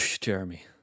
Jeremy